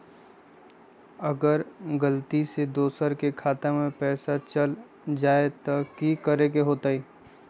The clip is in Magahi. अगर गलती से दोसर के खाता में पैसा चल जताय त की करे के होतय?